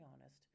honest